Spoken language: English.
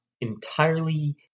entirely